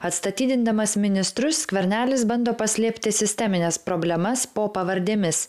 atstatydindamas ministrus skvernelis bando paslėpti sistemines problemas po pavardėmis